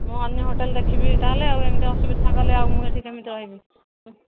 ମୁଁ ଅନ୍ୟ ହୋଟେଲ୍ ଦେଖିବି ତା'ହେଲେ ଆଉ ଏମିତି ଅସୁବିଧା କଲେ ଆଉ ମୁଁ ଏଇଠି କେମିତି ରହିବି